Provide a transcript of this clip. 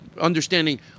understanding